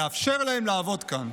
לאפשר להם לעבוד כאן,